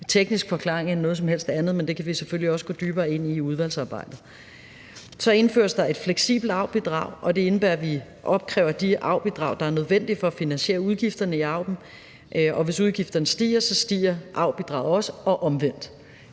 teknisk forklaring end noget som helst andet, men det kan vi selvfølgelig også gå dybere ind i i udvalgsarbejdet. Så indføres der et fleksibelt AUB-bidrag, og det indebærer, at vi opkræver de AUB-bidrag, der er nødvendige for at finansiere udgifterne i AUB'en. Hvis udgifterne stiger, stiger AUB-bidraget også – og omvendt.